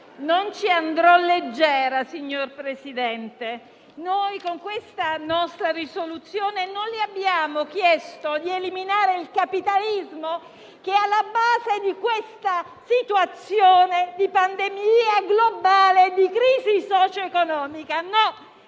Non ci andrò leggera, signor Presidente del Consiglio. Con questa nostra proposta di risoluzione non le abbiamo chiesto di eliminare il capitalismo, che è alla base di questa situazione di pandemia globale e di crisi socio-economica. No,